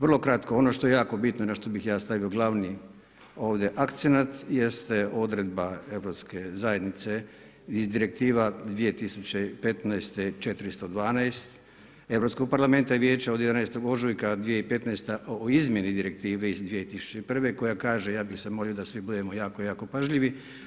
Vrlo kratko, ono što je jako bitno na što bih ja stavio glavni akcenat jeste odredba europske zajednice i Direktiva iz 2015. 412 europskog parlamenta i Vijeća od 11. ožujka 2015. o izmjeni direktive iz 2001. koja kaže, ja bih zamolio da svi budemo jako, jako pažljivi.